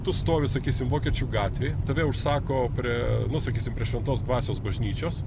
tu stovi sakysim vokiečių gatvėj tave užsako prie nu sakysim prie šventos dvasios bažnyčios